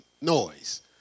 noise